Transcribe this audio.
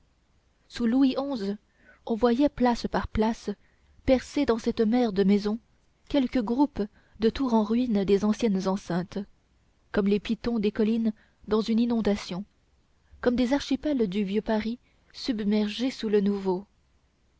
sous louis xi on voyait par places percer dans cette mer de maisons quelques groupes de tours en ruine des anciennes enceintes comme les pitons des collines dans une inondation comme des archipels du vieux paris submergé sous le nouveau